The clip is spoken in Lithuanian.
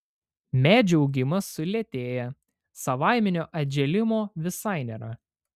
medžių augimas sulėtėja savaiminio atžėlimo visai nėra